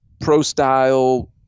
pro-style –